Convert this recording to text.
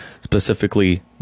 specifically